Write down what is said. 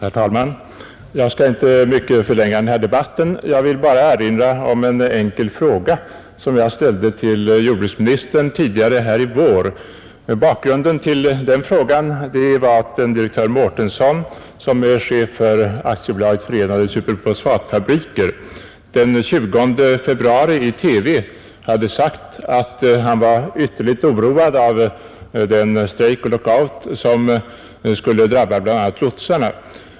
Herr talman! Jag skall inte mycket förlänga denna debatt utan vill bara erinra om en enkel fråga som jag ställde till jordbruksministern tidigare i vår. Bakgrunden till denna fråga var att direktör Mårtensson, som är chef för AB Förenade superfosfatfabriker, den 20 februari i TV hade sagt, att han var ytterligt oroad av den strejk och lockout som skulle drabba bl.a. lotsarna.